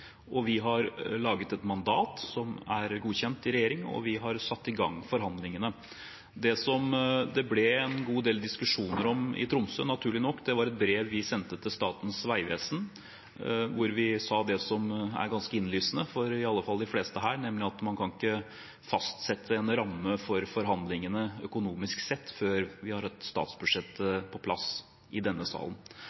Vi har laget et mandat som er godkjent i regjering, og vi har satt i gang forhandlingene. Det som det ble en god del diskusjon om i Tromsø, naturlig nok, var et brev vi sendte til Statens vegvesen, hvor vi sa det som er ganske innlysende, i alle fall for de fleste her, nemlig at man kan ikke fastsette en ramme for forhandlingene økonomisk sett før vi har et statsbudsjett